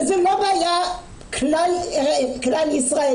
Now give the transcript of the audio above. וזה לא בעיה כלל ישראלית,